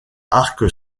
arc